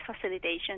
facilitation